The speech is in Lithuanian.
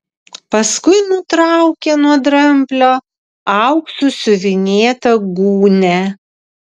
paskui nutraukė nuo dramblio auksu siuvinėtą gūnią